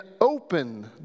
open